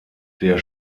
der